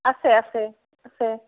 আছে আছে আছে